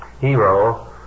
hero